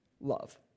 love